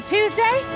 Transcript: Tuesday